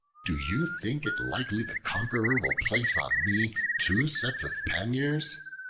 do you think it likely the conqueror will place on me two sets of panniers?